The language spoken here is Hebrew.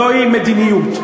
זוהי מדיניות,